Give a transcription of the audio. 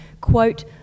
quote